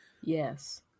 Yes